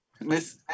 Miss